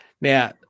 Now